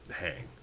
hang